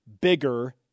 bigger